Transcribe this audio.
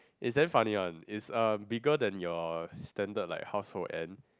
it's damn funny one is um bigger than your standard household ant